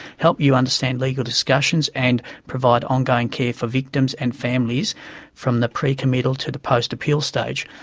help you understand legal discussions and provide ongoing care for victims and families from the pre-committal to the post-appeal stage.